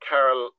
Carol